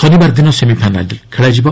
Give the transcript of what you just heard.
ଶନିବାର ଦିନ ସେମିଫାଇନାଲ୍ ଖେଳାଯିବ